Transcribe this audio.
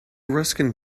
ruskin